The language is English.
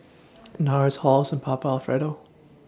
Nars Halls and Papa Alfredo